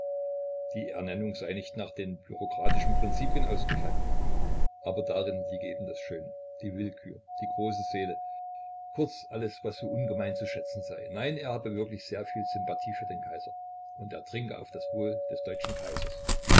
die ernennung sei nicht nach den bürokratischen prinzipien ausgefallen aber darin liege eben das schöne die willkür die große seele kurz alles was so ungemein zu schätzen sei nein er habe wirklich sehr viel sympathie für den kaiser und er trinke auf das wohl des deutschen kaisers